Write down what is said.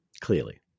Clearly